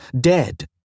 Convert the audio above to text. dead